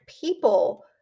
people